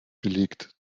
gelegt